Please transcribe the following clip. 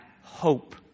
hope